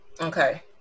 Okay